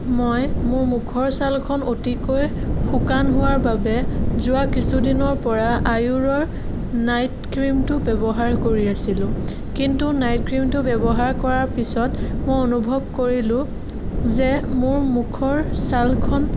মই মোৰ মুখৰ ছালখন অতিকৈ শুকান হোৱাৰ বাবে যোৱা কিছুদিনৰ পৰা আয়ুৰৰ নাইট ক্ৰিমটো ব্যৱহাৰ কৰি আছিলোঁ কিন্তু নাইট ক্ৰিমটো ব্যৱহাৰ কৰাৰ পাছত মই অনুভৱ কৰিলোঁ যে মোৰ মুখৰ ছালখন